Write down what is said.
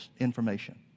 information